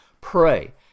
Pray